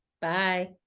Bye